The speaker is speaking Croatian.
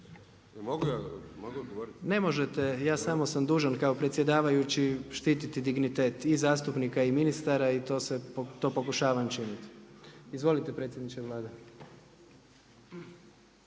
Ne možete, ja samo sam dužan kao predsjedavajući štititi dignitet i zastupnika i ministara i to pokušavam učiniti. Izvolite predsjedniče Vlade.